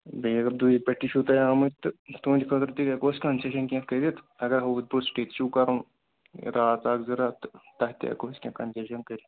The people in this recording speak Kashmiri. بیٚیہِ اگر دوٗرِ پٮ۪ٹھ تہِ چھُو تۄہہِ آمٕتۍ تہٕ تُہٕنٛدِ خٲطرٕ تہِ ہٮ۪کو أسۍ کَنسیشَن کیٚنہہ کٔرِتھ اگر سِٹے چھُو کَرُن راتھ اَکھ زٕ راتھ تہٕ تَتھ تہِ ہٮ۪کو أسۍ کیٚنہہ کَنسیشَن کٔرِتھ